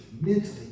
mentally